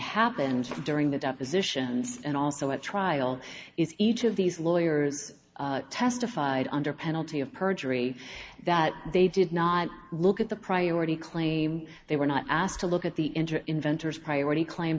happened during the depositions and also at trial is each of these lawyers testified under penalty of perjury that they did not look at the priority claim they were not asked to look at the interest inventors priority claim